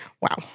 Wow